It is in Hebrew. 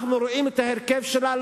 אנחנו רואים את ההרכב שלה.